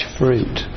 fruit